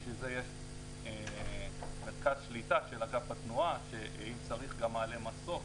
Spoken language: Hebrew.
ובשביל זה יש מרכז שליטה של אגף התנועה שאם צריך גם מעלה מסוק,